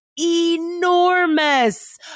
enormous